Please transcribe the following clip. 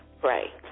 pray